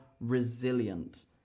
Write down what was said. resilient